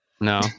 No